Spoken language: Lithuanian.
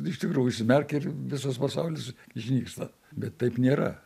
iš tikrųjų užsimerki ir visas pasaulis išnyksta bet taip nėra